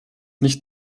nicht